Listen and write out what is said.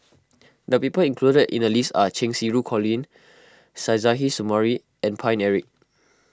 the people included in the list are Cheng Xinru Colin Suzairhe Sumari and Paine Eric